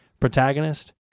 protagonist